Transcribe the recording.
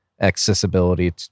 accessibility